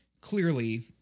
clearly